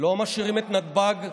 לא משאירים את נתב"ג פרוץ.